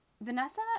Vanessa